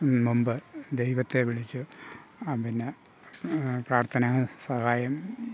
മുമ്പ് ദൈവത്തെ വിളിച്ച് പിന്നെ പ്രാർത്ഥനാ സഹായം